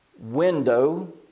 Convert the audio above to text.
window